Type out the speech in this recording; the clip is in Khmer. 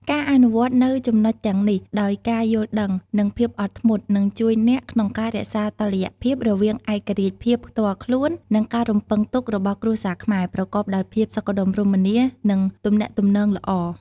ការអនុវត្តនូវចំណុចទាំងនេះដោយការយល់ដឹង និងភាពអត់ធ្មត់ នឹងជួយអ្នកក្នុងការរក្សាតុល្យភាពរវាងឯករាជ្យភាពផ្ទាល់ខ្លួន និងការរំពឹងទុករបស់គ្រួសារខ្មែរ ប្រកបដោយភាពសុខដុមរមនា និងទំនាក់ទំនងល្អ។